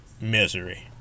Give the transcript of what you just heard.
misery